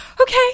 okay